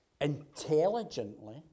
intelligently